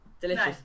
Delicious